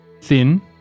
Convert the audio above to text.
Thin